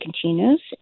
continues